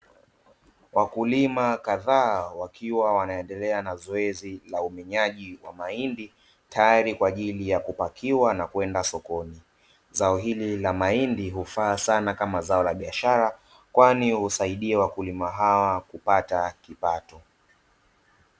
Wakulima kadhaa wakiwa wanaendelea na zoezi la umenyaji wa mahindi tayari kwa ajili ya kupakiwa na kwenda sokoni. Zao hili la mahindi hufaa sana kama zao la biashara kwani huwasaidia wakulima hawa kupata kipato.